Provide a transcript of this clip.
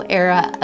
era